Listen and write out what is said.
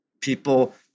people